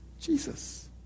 Jesus